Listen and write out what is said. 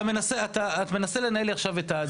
אתה מנסה לנהל לי עכשיו את הדיון?